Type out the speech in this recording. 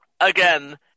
again